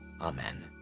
Amen